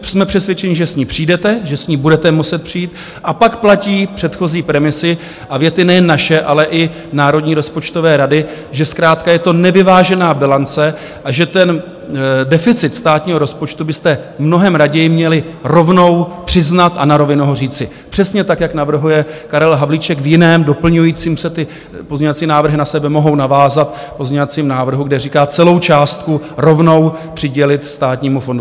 Jsme přesvědčeni, že s ní přijdete, že s ní budete muset přijít, a pak platí předchozí premisy a věty nejen naše, ale i Národní rozpočtové rady, že zkrátka je to nevyvážená bilance a že deficit státního rozpočtu byste mnohem raději měli rovnou přiznat a na rovinu ho říci, přesně tak, jak navrhuje Karel Havlíček v jiném doplňujícím se ty pozměňovací návrhy na sebe mohou navázat pozměňovacím návrhu, kde říká, celou částku rovnou přidělit státnímu fondu.